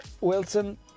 Wilson